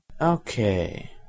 Okay